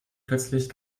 plötzlich